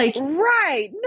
Right